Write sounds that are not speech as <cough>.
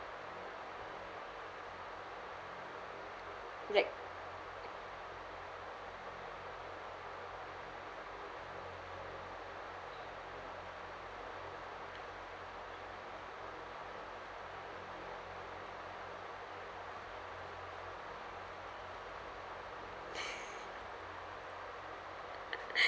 like <laughs>